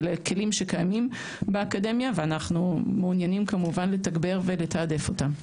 אלה כלים שקיימים באקדמיה ואנחנו מעוניינים כמובן לתגבר ולתעדף אותם.